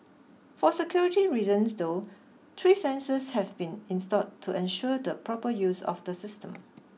for security reasons though three sensors have been installed to ensure the proper use of the system